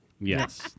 Yes